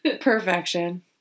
Perfection